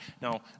Now